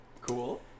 Cool